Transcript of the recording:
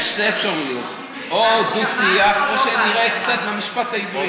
יש שתי אפשרויות: או דו-שיח או שנראה קצת מהמשפט העברי.